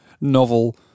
novel